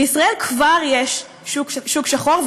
בישראל כבר יש שוק שחור,